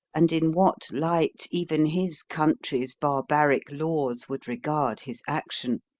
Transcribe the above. and in what light even his country's barbaric laws would regard his action.